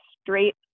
straight